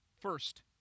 First